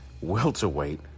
welterweight